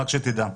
רק שתדע.